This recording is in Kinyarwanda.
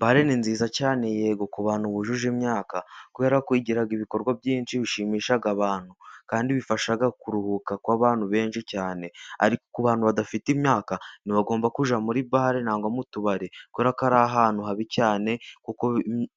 Bare ni nziza cyane yego ku bantu bujuje imyaka, kubera ko igira ibikorwa byinshi, bishimisha abantu kandi bifasha kuruhuka kw'abantu benshi cyane, ariko ku bantu badafite imyaka, nti bagomba kujya muri bare cyangwa mu tubari, kuko ari ahantu habi cyane kuko